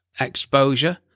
exposure